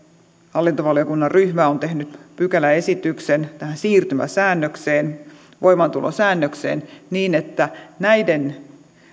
hallintovaliokunnan ryhmä on tehnyt pykäläesityksen tähän siirtymäsäännökseen voimaantulosäännökseen niin että näiden